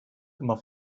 immer